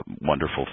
wonderful